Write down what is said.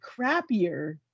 crappier